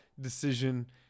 decision